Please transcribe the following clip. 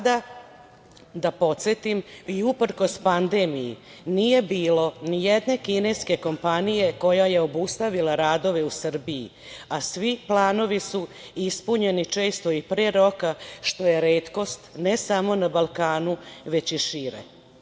Da podsetim, uprkos pandemiji, nije bilo nijedne kineske kompanije koja je obustavila radove u Srbiji, a svi planovi su ispunjeni često i pre roka, što je retkost ne samo na Balkanu, već i šire.